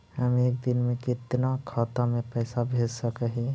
हम एक दिन में कितना खाता में पैसा भेज सक हिय?